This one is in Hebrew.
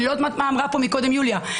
אני לא יודעת מה אמרה פה קודם יוליה.